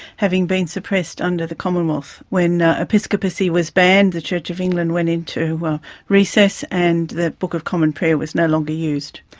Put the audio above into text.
having been suppressed under the commonwealth. when episcopacy was banned, the church of england went into recess and the book of common prayer was no longer used.